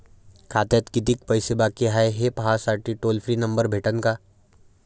खात्यात कितीकं पैसे बाकी हाय, हे पाहासाठी टोल फ्री नंबर भेटन का?